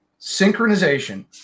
Synchronization